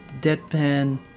deadpan